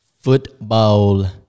Football